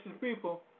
people